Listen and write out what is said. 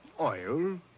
Oil